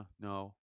no